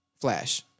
flash